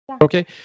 Okay